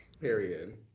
Period